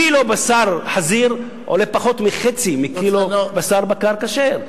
קילו בשר חזיר עולה פחות מחצי מקילו בשר בקר כשר.